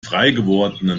freigewordenen